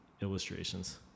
illustrations